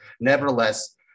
nevertheless